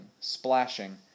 splashing